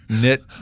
knit